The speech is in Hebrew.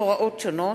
הוראות שונות),